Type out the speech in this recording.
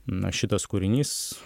na šitas kūrinys